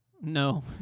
No